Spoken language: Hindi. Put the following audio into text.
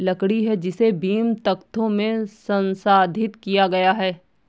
लकड़ी है जिसे बीम, तख्तों में संसाधित किया गया है